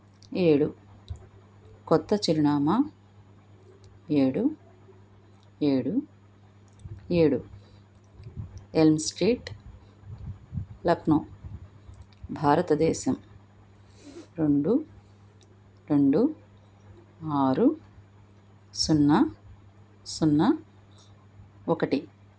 ఏడు కొత్త చిరునామా ఏడు ఏడు ఏడు ఎల్మ్ స్ట్రీట్ లక్నో భారతదేశం రెండు రెండు ఆరు సున్నా సున్నా ఒకటి